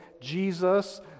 Jesus